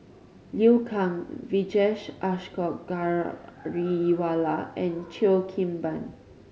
Liu Kang Vijesh Ashok Ghariwala and Cheo Kim Ban